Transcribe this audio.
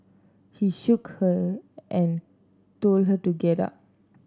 he shook her and told her to get up